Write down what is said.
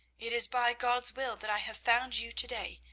it is by god's will that i have found you to-day,